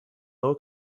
low